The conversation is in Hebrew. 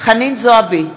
חנין זועבי,